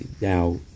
Now